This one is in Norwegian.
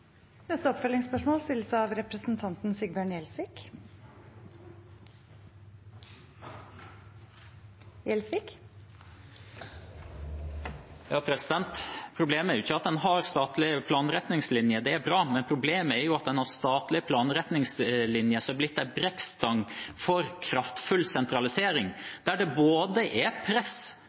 Problemet er jo ikke at en har statlige planretningslinjer – det er bra. Problemet er at en har statlige planretningslinjer som er blitt en brekkstang for kraftfull sentralisering, der det er press